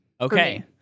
Okay